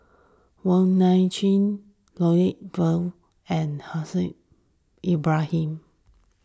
Wong Nai Chin Lloyd Valberg and Haslir Bin Ibrahim